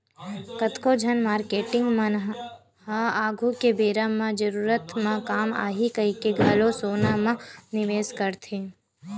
कतको झन मारकेटिंग मन ह आघु के बेरा म जरूरत म काम आही कहिके घलो सोना म निवेस करथे